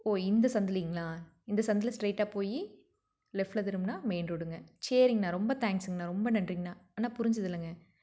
ஒ இந்த சந்திலைங்களா இந்த சந்தில் ஸ்ட்ரைட்டாக போய் லெஃப்ட்டில் திரும்பினா மெயின் ரோடுங்க சரிங்கண்ணா ரொம்ப தேங்க்ஸுங்கண்ணா ரொம்ப நன்றிங்கண்ணா அண்ணா புரிஞ்சுதுலங்க